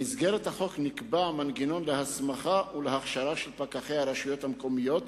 במסגרת החוק נקבע מנגנון להסמכה ולהכשרה של פקחי הרשויות המקומיות,